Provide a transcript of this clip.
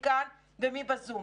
מי כאן ומי בזום.